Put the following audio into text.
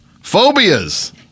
phobias